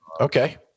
Okay